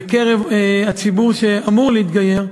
בקרב הציבור שאמור להתגייר,